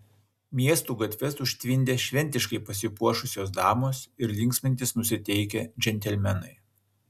miestų gatves užtvindė šventiškai pasipuošusios damos ir linksmintis nusiteikę džentelmenai